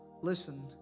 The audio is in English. listen